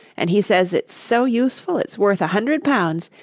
and he says it's so useful, it's worth a hundred pounds!